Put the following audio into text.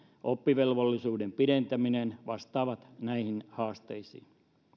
oppivelvollisuuden pidentäminen vastaavat näihin haasteisiin